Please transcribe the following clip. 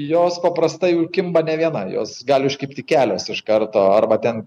jos paprastai jau kimba nė viena jos gali užkibti kelios iš karto arba ten